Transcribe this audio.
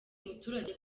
umuturage